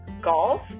golf